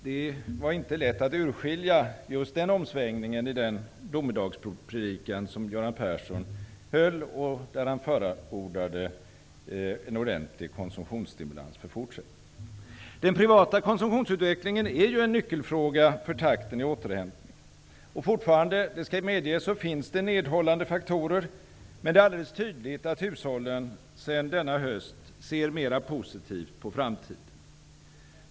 Det var inte lätt att urskilja något av den omsvängningen i den domedagspredikan som Göran Persson höll och där han förordade en ordentlig konsumtionsstimulans i fortsättningen. Den privata konsumtionen är ju en nyckelfråga för takten i återhämtningen. Fortfarande finns det nedhållande faktorer, men det är alldeles tydligt att hushållen sedan denna höst ser mera positivt på framtiden.